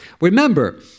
Remember